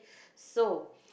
so